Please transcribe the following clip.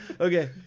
okay